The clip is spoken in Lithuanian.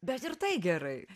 bet ir tai gerai